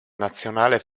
nazionale